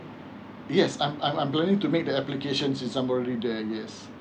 yes I'm I'm going to make the applications since I'm already there yes